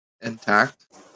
intact